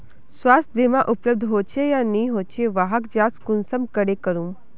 स्वास्थ्य बीमा उपलब्ध होचे या नी होचे वहार जाँच कुंसम करे करूम?